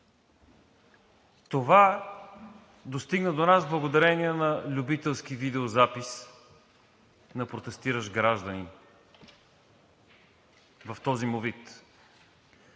Това достигна до нас благодарение на любителски видеозапис на протестиращ гражданин в този му вид.